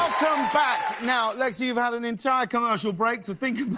back. now, lexa you've had an entire commercial break to think